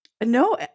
No